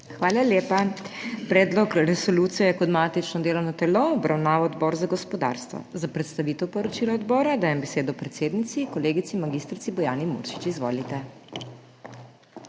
Hvala lepa. Predlog resolucije je kot matično delovno telo obravnaval Odbor za gospodarstvo. Za predstavitev poročila odbora dajem besedo predsednici kolegici mag. Bojani Muršič. Izvolite.